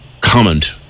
comment